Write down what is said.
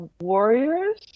warriors